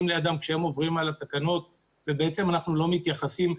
לידם כשהם עוברים על התקנות ובעצם אנחנו לא מתייחסים.